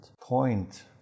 point